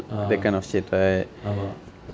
(uh huh) ஆமாம்:aamam